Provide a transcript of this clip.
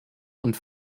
und